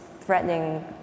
threatening